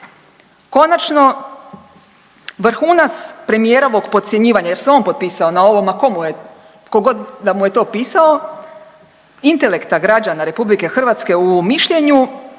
Konačno vrhunac premijerovog podcjenjivanja jer se on potpisao na ovom, a komu je, a tko god da mu je to pisao, intelekta građana RH u mišljenju